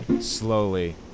Slowly